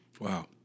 Wow